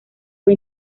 fue